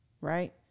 Right